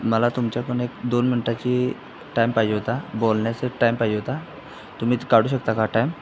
मला तुमच्याकडून एक दोन मिनटाची टाईम पाहिजे होता बोलण्याचं टाईम पाहिजे होता तुम्हीच काढू शकता का टाईम